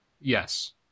Yes